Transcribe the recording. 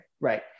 right